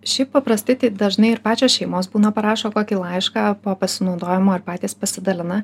šiaip paprastai tai dažnai ir pačios šeimos būna parašo kokį laišką po pasinaudojimo ir patys pasidalina